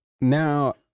Now